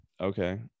okay